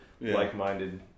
like-minded